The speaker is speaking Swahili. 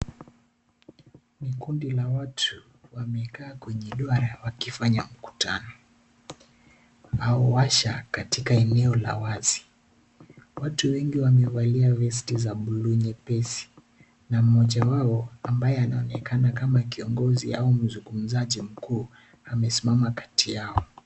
NI kundi la watu wamekaa kwenye duara wakifanya mkutano au washa katika eneo la wazi . Watu wengi wamevalia vesti za bluu nyepesi na mmoja wao ambaye anaonekana kama kiongozi au mzungumzaji mkuu amesimama Kati yao.